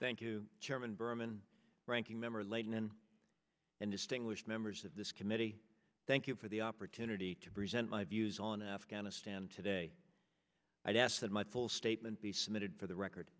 thank you chairman berman ranking member laden and distinguished members of this committee thank you for the opportunity to present my views on afghanistan today i'd ask that my full statement be submitted for the record